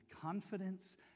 confidence